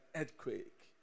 earthquake